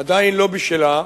עדיין לא בשלה,